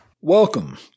Welcome